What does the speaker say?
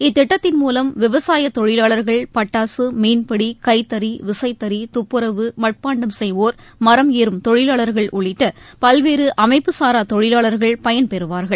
இத்திட்டத்தின் மூலம் விவசாய தொழிலாளர்கள் பட்டாசு மீன்பிடி கைத்தறி விசைத்தறி தப்புரவு மண்பாண்டம் செய்வோர் மரம் ஏறும் தொழிலாளர்கள் உள்ளிட்ட பல்வேறு அமைப்பு சாரா தொழிலாளர்கள் பயன்பெறுவார்கள்